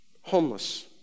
Homeless